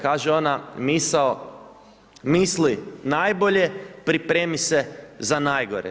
Kaže ona misao, misli najbolje, pripremi se za najgore.